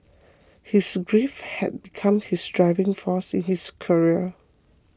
his grief had become his driving force in his career